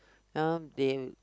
uh they would